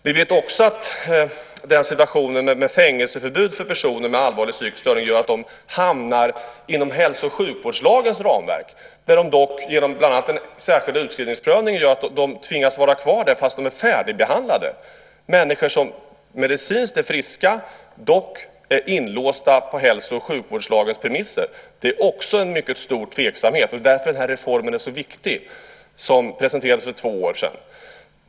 Vi vet också att situationen med fängelseförbud för personer med allvarlig psykisk störning gör att de hamnar inom hälso och sjukvårdslagens ramverk, där de dock genom bland annat den särskilda utskrivningsprövningen tvingas vara kvar fast de är färdigbehandlade. Det är människor som medicinskt är friska, dock inlåsta på hälso och sjukvårdslagens premisser. Det är också en mycket stor tveksamhet. Det är därför den här reformen är så viktig som presenterades för två år sedan.